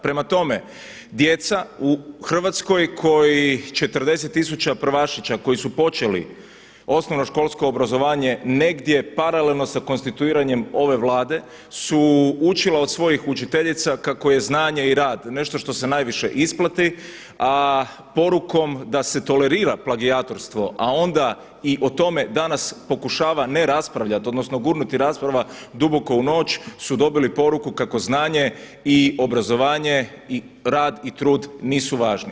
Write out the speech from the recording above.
Prema tome, djeca u Hrvatskoj kojih 40000 prvašića koji su počeli osnovnoškolsko obrazovanje negdje paralelno sa konstituiranjem ove Vlade su učila od svojih učiteljica kako je znanje i rad nešto što se najviše isplati, a porukom da se tolerira plagijatorstvo, a onda i o tome danas pokušava ne raspravljat, odnosno gurnuti rasprava duboko u noć su dobili poruku kako znanje i obrazovanje i rad i trud nisu važni.